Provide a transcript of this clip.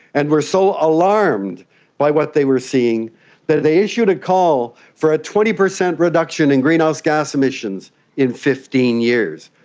and were so alarmed by what they were seeing that they issued a call for a twenty percent reduction in greenhouse gas emissions in fifteen years.